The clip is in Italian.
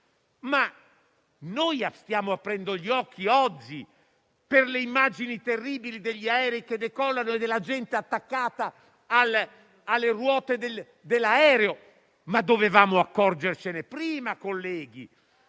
Noi stiamo aprendo gli occhi oggi per le immagini terribili degli aerei che decollano e della gente attaccata alle loro ruote. Ma dovevamo accorgercene prima, colleghi,